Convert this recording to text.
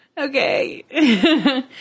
Okay